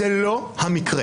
זה לא המקרה.